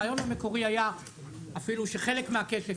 הרעיון המקורי היה אפילו שחלק מהכסף